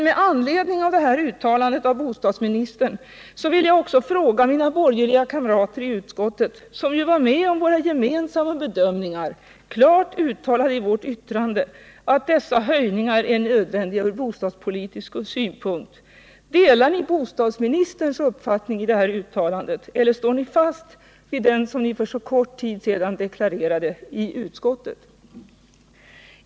Med anledning av det här uttalandet av bostadsministern vill jag också fråga mina borgerliga kamrater i utskottet, som ju var med om våra gemensamma bedömningar, klart uttalade i vårt yttrande, att dessa höjningar är nödvändiga ur bostadspolitisk synpunkt: Delar ni bostadsministerns uppfattning i det här uttalandet, eller står ni fast vid den uppfattning som ni för så kort tid sedan har deklarerat i utskottet?